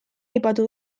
aipatu